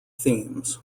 themes